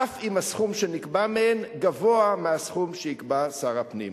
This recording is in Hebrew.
אף אם הסכום שנקבע בהן גבוה מהסכום שיקבע שר הפנים.